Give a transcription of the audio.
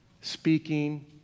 speaking